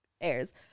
airs